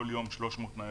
כל יום 300 ניידות.